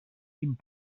vint